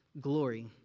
glory